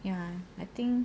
ya I think